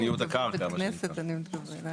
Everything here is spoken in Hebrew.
אנשים בארצות הברית נוסעים שעה וחצי לעבודה.